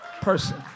person